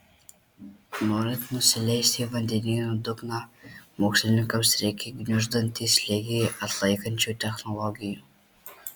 norint nusileisti į vandenyno dugną mokslininkams reikia gniuždantį slėgį atlaikančių technologijų